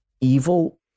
evil